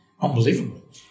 Unbelievable